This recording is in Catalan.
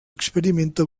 experimenta